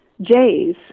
J's